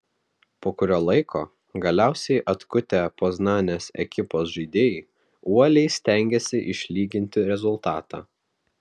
po kurio laiko galiausiai atkutę poznanės ekipos žaidėjai uoliai stengėsi išlyginti rezultatą